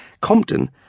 Compton